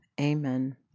amen